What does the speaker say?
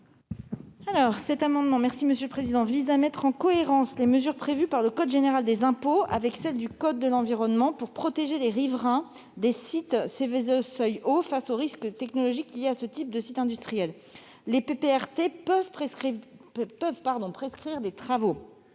parole est à Mme la ministre. Cet amendement vise à mettre en cohérence les mesures prévues par le code général des impôts avec celles du code de l'environnement pour protéger les riverains des sites Seveso seuil haut face aux risques technologiques liés à ce type de sites industriels. Les PPRT peuvent prescrire des travaux